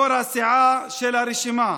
יו"ר הסיעה של הרשימה,